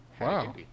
Wow